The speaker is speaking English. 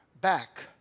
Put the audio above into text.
back